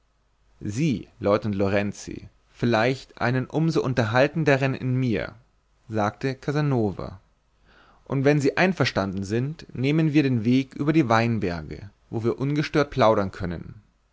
sie leutnant lorenzi vielleicht einen um so unterhaltenderen in mir sagte casanova und wenn sie einverstanden sind nehmen wir den weg über die weinberge wo wir ungestört plaudern können